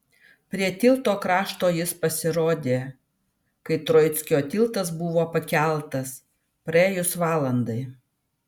prie tilto krašto jis pasirodė kai troickio tiltas buvo pakeltas praėjus valandai